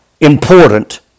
important